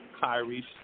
Kyrie